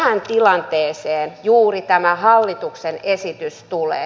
tähän tilanteeseen juuri tämä hallituksen esitys tulee